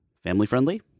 Family-friendly